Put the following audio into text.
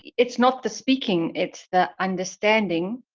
it's not the speaking it's the understanding,